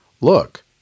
Look